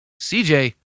CJ